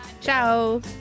Ciao